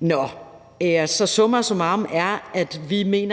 Nå, summa summarum er, at vi